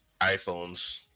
iPhones